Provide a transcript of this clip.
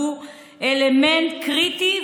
הוא אלמנט קריטי,